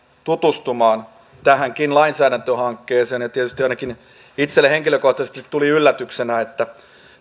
tutustumaan tähänkin lainsäädäntöhankkeeseen ja tietysti ainakin itselle henkilökohtaisesti tuli yllätyksenä että